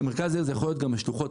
מרכז העיר יכול להיות גם השלוחות,